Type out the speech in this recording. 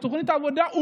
זה תוכנית עבודה,